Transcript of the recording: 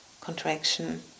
contraction